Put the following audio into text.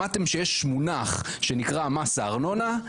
שמעתם שיש מונח שנקרא מס הארנונה,